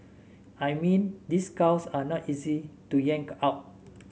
I mean these cows are not easy to yank out